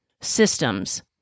systems